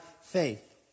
faith